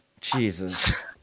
Jesus